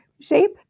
shape